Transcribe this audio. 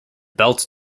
belts